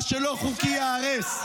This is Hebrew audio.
מה שלא חוקי ייהרס.